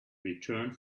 returned